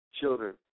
children